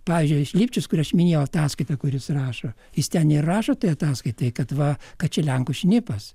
pavyzdžiui aš lipčius kur aš minėjau ataskaitą kur jis rašo jis ten ir rašo toj ataskaitoj kad va kad čia lenkų šnipas